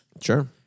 Sure